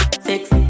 six